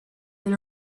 and